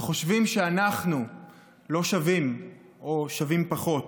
שחושבים שאנחנו לא שווים או שווים פחות.